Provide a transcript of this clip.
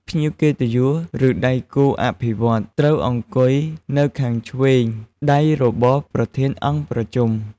ភ្ញៀវកិត្តិយស ឬដៃគូអភិវឌ្ឍន៍ ត្រូវអង្គុយនៅខាងឆ្វេងដៃរបស់ប្រធានអង្គប្រជុំ។